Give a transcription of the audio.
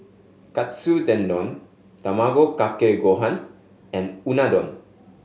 Katsu Tendon Tamago Kake Gohan and Unadon